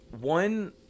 one